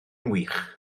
wych